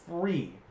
free